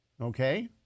Okay